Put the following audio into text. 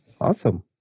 Awesome